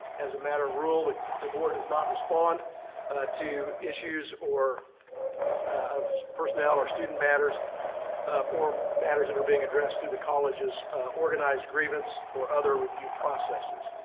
as a matter of rule, the board does not respond to issues or of personnel or student matters or matters that are being addressed through the college's organized grievance or other review processes.